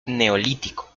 neolítico